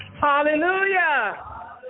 Hallelujah